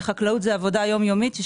חקלאות זו עבודה יום-יומית.